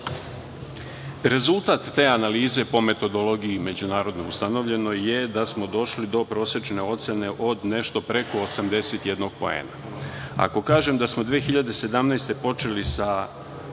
podataka. Rezultat te analize po metodologiji međunarodno ustanovljenoj je da smo došli do presečne ocene od nešto preko 81 poena. Ako kažem da smo 2017. godine